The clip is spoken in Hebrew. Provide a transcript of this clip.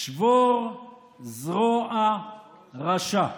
"שבֹר זרוע רָשע".